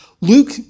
Luke